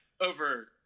over